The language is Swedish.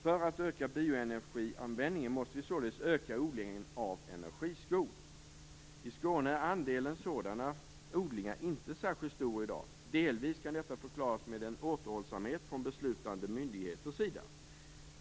För att öka bioenergianvändningen måste vi således öka odlingen av energiskog. I Skåne är andelen sådana odlingar inte särskilt stor i dag. Delvis kan detta förklaras med en återhållsamhet från beslutande myndigheters sida.